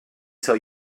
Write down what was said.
tell